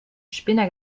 spinner